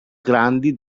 grandi